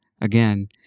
again